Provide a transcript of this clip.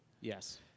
Yes